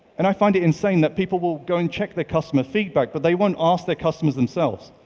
and i find it insane that people will go and check their customer feedback but they won't ask their customers themselves.